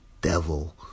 devil